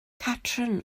catrin